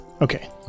Okay